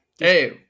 hey